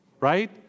Right